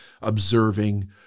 observing